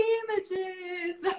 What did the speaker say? images